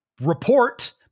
report